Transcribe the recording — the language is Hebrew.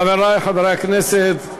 חברי חברי הכנסת,